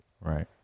Right